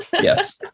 Yes